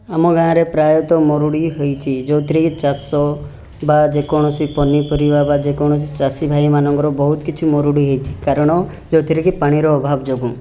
ଆମ ଗାଁରେ ପ୍ରାୟତଃ ମରୁଡ଼ି ହୋଇଛି ଯେଉଁଥିରେ କି ଚାଷ ବା ଯେକୌଣସି ପନିପରିବା ବା ଯେକୌଣସି ଚାଷୀ ଭାଇମାନଙ୍କର ବହୁତ କିଛି ମରୁଡ଼ି ହୋଇଛି କାରଣ ଯେଉଁଥିରେ ପାଣିର ଅଭାବ ଯୋଗୁଁ